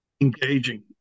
engaging